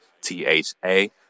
t-h-a